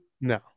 No